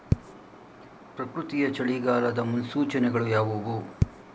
ಪ್ರಕೃತಿಯ ಚಳಿಗಾಲದ ಮುನ್ಸೂಚನೆಗಳು ಯಾವುವು?